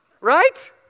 right